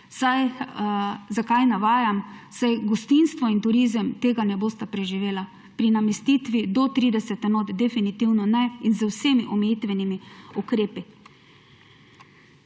Zakaj navajam? Saj gostinstvo in turizem tega ne bosta preživela, pri namestitvi do 30 enot definitivno ne in z vsemi omejitvenimi ukrepi.